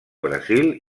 brasil